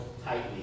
tightly